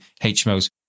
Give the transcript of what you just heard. HMOs